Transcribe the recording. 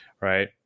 right